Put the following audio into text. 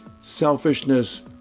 selfishness